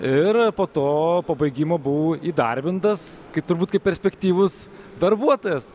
ir po to po baigimo buvau įdarbintas kaip turbūt kaip perspektyvus darbuotojas